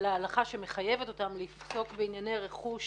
להלכה שמחייבת אותם לפסוק בענייני רכוש